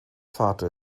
vater